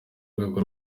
rwego